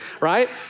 right